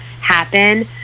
happen